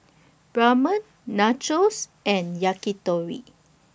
Ramen Nachos and Yakitori